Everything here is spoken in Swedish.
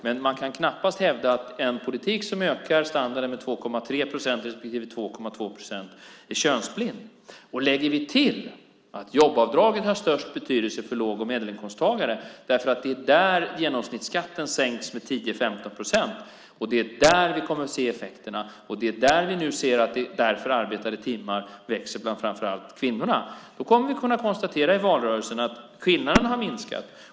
Men man kan knappast hävda att en politik som ökar standarden med 2,3 procent respektive 2,2 procent är könsblind. Lägger vi till att jobbavdraget har störst betydelse för låg och medelinkomsttagare därför att det är där som genomsnittsskatten sänks med 10-15 procent, det är där som vi kommer att se effekterna och det är där som vi nu ser att antalet arbetade timmar ökar bland framför allt kvinnorna kommer vi i valrörelsen att kunna konstatera att skillnaderna har minskat.